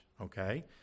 Okay